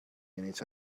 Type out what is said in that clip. minutes